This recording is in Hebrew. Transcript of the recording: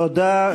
תודה.